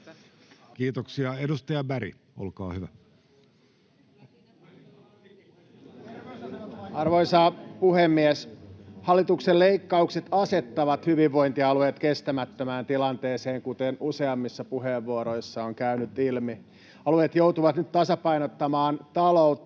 Kiuru sd) Time: 16:37 Content: Arvoisa puhemies! Hallituksen leikkaukset asettavat hyvinvointialueet kestämättömään tilanteeseen, kuten useammissa puheenvuoroissa on käynyt ilmi. Alueet joutuvat nyt tasapainottamaan talouttaan